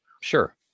sure